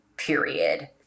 period